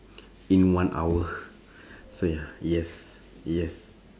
in one hour so ya yes yes